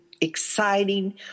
exciting